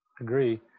agree